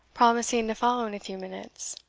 promising to follow in a few minutes,